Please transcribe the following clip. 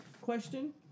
question